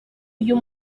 uyu